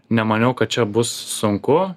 nemaniau kad čia bus sunku